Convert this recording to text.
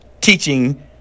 teaching